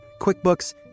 QuickBooks